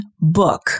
book